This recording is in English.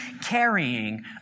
carrying